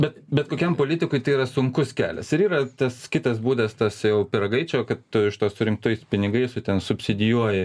bet bet kokiam politikui tai yra sunkus kelias ir yra tas kitas būdas tas jau pyragaičio kad iš to surinktais pinigais jau ten subsidijuoja